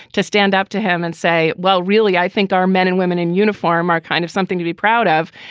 to stand up to him and say, well, really, i think our men and women in uniform are kind of something to be proud of.